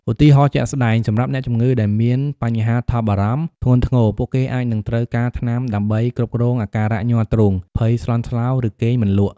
ឧទាហរណ៍ជាក់ស្តែង: សម្រាប់អ្នកជំងឺដែលមានបញ្ហាថប់បារម្ភធ្ងន់ធ្ងរ ពួកគេអាចនឹងត្រូវការថ្នាំដើម្បីគ្រប់គ្រងអាការៈញ័រទ្រូង ភ័យស្លន់ស្លោ ឬគេងមិនលក់។